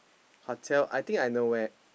hotel I think I know where